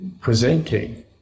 Presenting